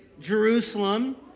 Jerusalem